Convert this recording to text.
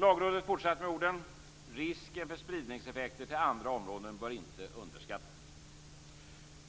Lagrådet fortsatte med orden: "Risken för spridningseffekter till andra områden bör inte underskattas."